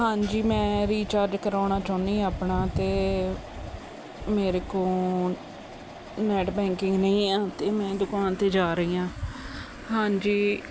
ਹਾਂਜੀ ਮੈਂ ਰੀਚਾਰਜ ਕਰਵਾਉਣਾ ਚਾਹੁੰਦੀ ਹਾਂ ਆਪਣਾ ਅਤੇ ਮੇਰੇ ਕੋਲ ਨੈੱਟ ਬੈਂਕਿੰਗ ਨਹੀਂ ਆ ਅਤੇ ਮੈਂ ਦੁਕਾਨ 'ਤੇ ਜਾ ਰਹੀ ਹਾਂ ਹਾਂਜੀ